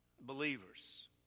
Believers